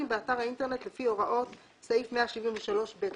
באתר האינטרנט לפי הוראות סעיף 173ב לפקודה.